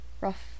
rough